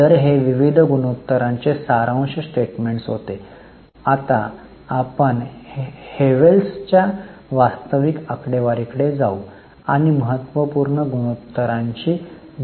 तर हे विविध गुणोत्तरांचे सारांश स्टेटमेंट्स होते आता आपण हेव्हेल्सच्या वास्तविक आकडेवारी कडे जाऊ आणि महत्त्वपूर्ण गुणोत्तरांची गणना करण्याचा प्रयत्न करू